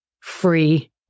free